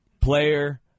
Player